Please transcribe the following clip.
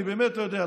אני באמת לא יודע,